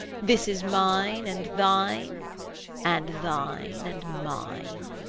this's mine, and thine and thine, and mine.